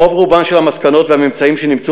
רוב רובן של המסקנות והממצאים שנמצאו